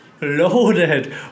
loaded